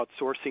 outsourcing